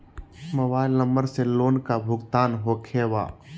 Mobile number से loan का भुगतान होखे बा?